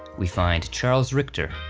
we find charles richter.